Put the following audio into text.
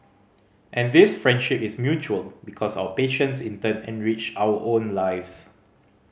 and this friendship is mutual because our patients in turn enrich our own lives